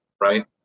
right